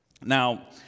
Now